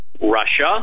Russia